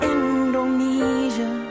Indonesia